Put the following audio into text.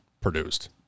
produced